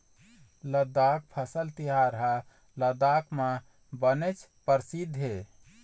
लद्दाख फसल तिहार ह लद्दाख म बनेच परसिद्ध हे